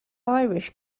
irish